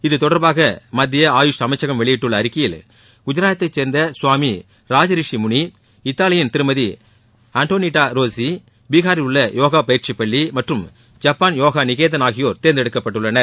இது தொடர்பாக மத்திய ஆயுஷ் அமைச்சகம் வெளியிட்டுள்ள அறிக்கையில் குஜராத்தை சேர்ந்த சுவாமி ராஜ ரிசி முனி இத்தாலியின் திருமதி அண்டோனிட்டா ரோசி பீகரில் உள்ள யோகா பயிற்சி பள்ளி மற்றும் ஜப்பான் யோகா நிகேதன் ஆகியோர் தேர்ந்தெடுக்கப்பட்டுள்ளனர்